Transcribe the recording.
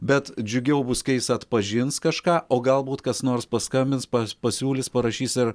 bet džiugiau bus kai jis atpažins kažką o galbūt kas nors paskambins pas pasiūlys parašys ir